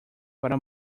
para